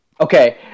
Okay